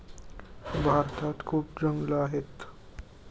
भारतात खूप जंगलं आहेत